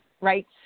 right